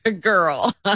Girl